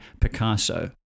Picasso